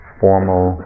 formal